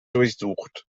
durchsucht